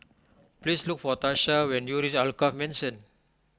please look for Tarsha when you reach Alkaff Mansion